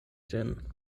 ĝin